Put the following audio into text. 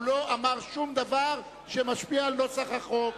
הוא לא אמר שום דבר שמשפיע על נוסח החוק.